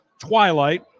twilight